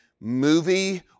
movie